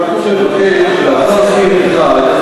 אנחנו נבקש להצביע על ההסתייגות לאחרי סעיף 1,